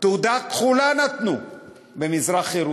תעודה כחולה נתנו במזרח-ירושלים.